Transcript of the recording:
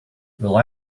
will